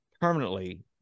permanently